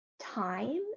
time